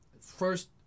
first